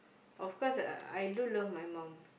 of course I I do love my mum